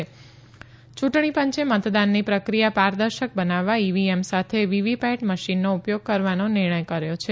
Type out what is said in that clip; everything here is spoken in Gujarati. યુંટણી પંચે મતદાનની પ્રક્રિયા પારદર્શક બનાવવા ઇવીએમ સાથે વીવીપેટ મશીનનો ઉપયોગ કરવાનો નિર્ણય લીધો છે